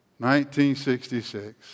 1966